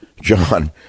John